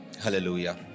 Hallelujah